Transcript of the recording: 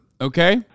okay